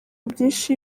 byinshi